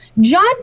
John